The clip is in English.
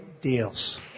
deals